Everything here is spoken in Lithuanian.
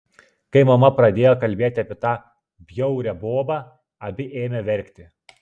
kai mama pradėjo kalbėti apie tą bjaurią bobą abi ėmė verkti